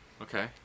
Okay